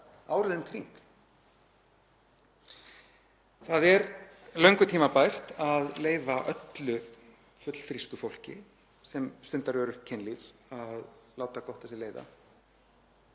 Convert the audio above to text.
árið um kring. Það er löngu tímabært að leyfa öllu fullfrísku fólki sem stundar öruggt kynlíf að láta gott af sér leiða